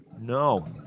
No